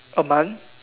a month